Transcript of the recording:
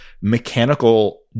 mechanical